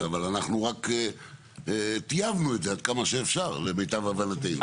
זה מהות השינוי אבל אנחנו רק טייבנו את זה כמה שאפשר למיטב הבנתנו.